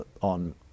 on